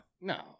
No